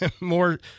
more